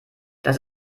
das